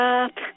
up